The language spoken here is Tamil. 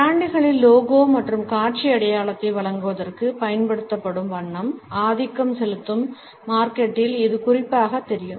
பிராண்டுகளின் லோகோ மற்றும் காட்சி அடையாளத்தை வழங்குவதற்குப் பயன்படுத்தப்படும் வண்ணம் ஆதிக்கம் செலுத்தும் மார்க்கெட்டில் இது குறிப்பாகத் தெரியும்